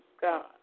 God